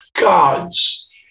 gods